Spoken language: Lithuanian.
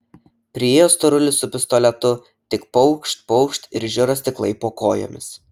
priėjo storulis su pistoletu tik paukšt paukšt ir žiro stiklai po kojomis